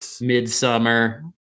midsummer